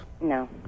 No